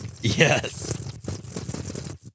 Yes